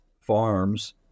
farms